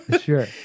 Sure